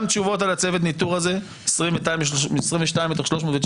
גם תשובות על צוות הניתור, 22 מתוך 319,